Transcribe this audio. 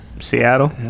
Seattle